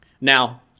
Now